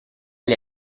gli